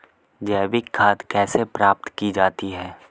जैविक खाद कैसे प्राप्त की जाती है?